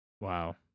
Wow